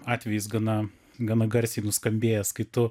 atvejis gana gana garsiai nuskambėjęs kai tu